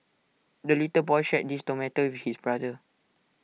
the little boy shared his tomato with his brother